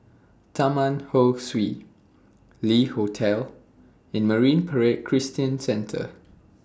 Taman Ho Swee Le Hotel and Marine Parade Christian Centre